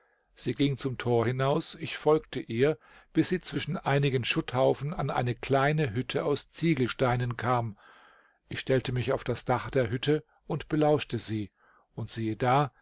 sie ging zum tor hinaus ich folgte ihr bis sie zwischen einigen schutthaufen an eine kleine hütte aus ziegelsteinen kam ich stellte mich auf das dach der hütte und belauschte sie und siehe da